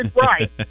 right